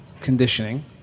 conditioning